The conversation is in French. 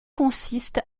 consiste